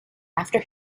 after